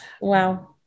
Wow